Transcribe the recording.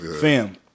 fam